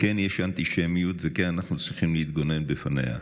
יש אנטישמיות, וכן, אנחנו צריכים להתגונן בפניה.